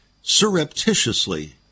surreptitiously